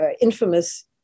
infamous